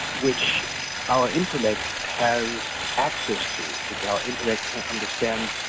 which our intellect has access to, which our intellect can understand,